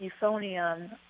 euphonium